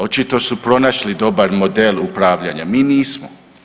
Očito su pronašli dobar model upravljanja, mi nismo.